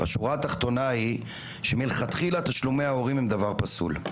השורה התחתונה היא שמלכתחילה תשלומי ההורים הם דבר פסול,